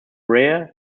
rare